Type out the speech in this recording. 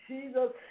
Jesus